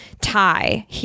tie